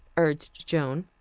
urged joan.